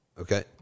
Okay